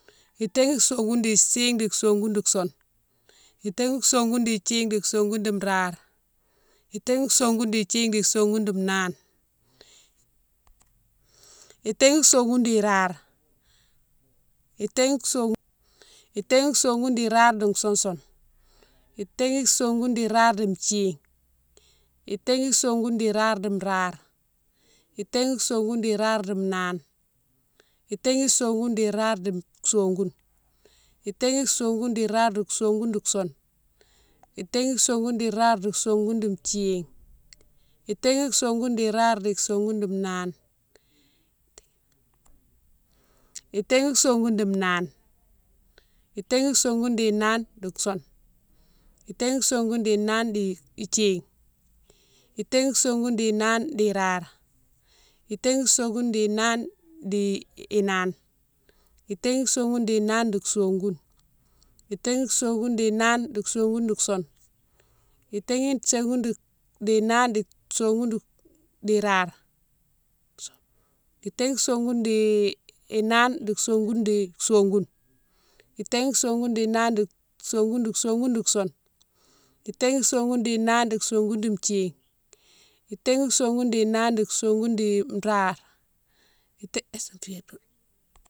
Itaghi sogoune di thine di sogoune di soune, itaghi sogoune di thine di sogoune di rare, itaghi sogoune di thine di sogoune di nane, itaghi sogoune di rare, itaghi sogoune, itaghi sogoune di rare di sosoune, itaghi sogoune di rare di thine, itaghi sogoune di rare di rare, itaghi sogoune di rare di nane, itaghi sogoune di rare di sogoune, itaghi sogoune di rare di sogoune di soune, itaghi sogoune di rare di sogoune di thine, itaghi sogoune di rare di sogoune di nane, itaghi sogoune di nane. Itaghi sogoune di nane di soune, itaghi sogoune di nane di thine, itaghi sogoune di nane di rare, itaghi sogoune di nane di nane, itaghi sogoune di nane di sogoune, itaghi sogoune di nane di sogoune di soune, itaghi sogoune di nane di sogoune di rare, itaghi sogoune di nane di sogoune di sogoune, itaghi sogoune di nane di sogoune di sogoune di soune, itaghi sogoune di nane di sogoune di thine, itaghi sogoune di nane di sogoune di rare.